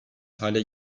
hale